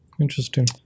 Interesting